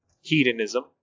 hedonism